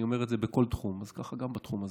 אני אומר את זה בכל תחום, אז גם בתחום הזה.